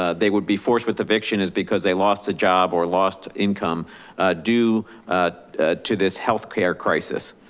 ah they would be forced with eviction is because they lost a job or lost income due to this healthcare crisis.